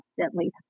constantly